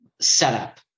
setup